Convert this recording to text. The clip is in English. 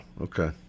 okay